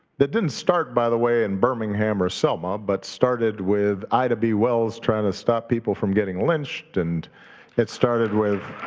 that didn't start, by the way, in birmingham or selma, but started with ida b. wells trying to stop people from getting lynched and it started with